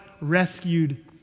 rescued